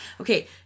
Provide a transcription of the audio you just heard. Okay